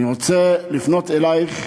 אני רוצה לפנות אלייך,